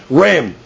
ram